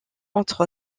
entre